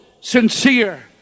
sincere